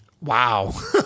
wow